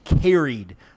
carried